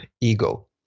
ego